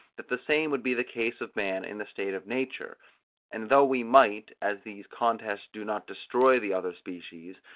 that the same would be the case of man in a state of nature and though we might, as these contests do not destroy the other species,